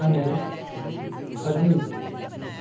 Anil Ajit